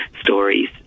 stories